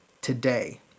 today